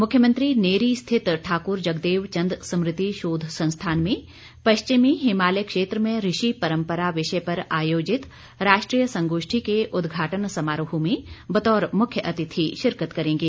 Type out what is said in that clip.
मुख्यमंत्री नेरी स्थित ठाकुर जगदेव चंद स्मृति शोध संस्थान में पश्चिमी हिमालय क्षेत्र में ऋषि परंपरा विषय पर आयोजित राष्ट्रीय संगोष्ठी को उद्घाटन समारोह में बतौर मुख्य अतिथि शिरकत करेंगे